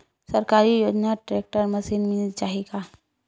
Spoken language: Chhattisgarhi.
सरकारी योजना टेक्टर मशीन मिल जाही का?